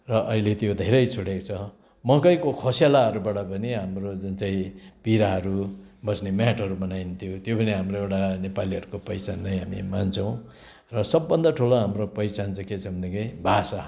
र अहिले त्यो धेरै छोडेको छ मकैको खोसेलाहरूबाट पनि हाम्रो जुन चाहिँ पिराहरू बस्ने म्याटहरू बनाइन्थ्यो त्यो पनि हाम्रो एउडा नेपालीहरूको पैचान नै हामी मान्छौँ र सबभन्दा ठुलो हाम्रो पहिचान चाहिँ के छ भनेदेखि भाषा